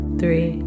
three